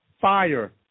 fire